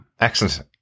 excellent